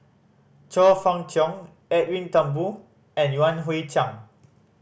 Chong Fah Cheong Edwin Thumboo and Yan Hui Chang